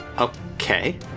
Okay